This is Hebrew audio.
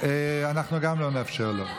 אנחנו גם לא נאפשר לו.